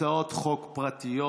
הצעות חוק פרטיות,